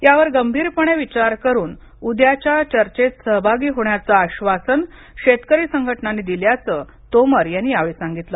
यावर गंभीरपणे विचार करून उद्याच्या चर्चेत सहभागी होण्याचं आश्वासन शेतकरी संघटनांनी दिल्याचं तोमर यांनी सांगितलं